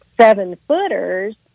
seven-footers